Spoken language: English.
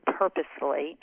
purposely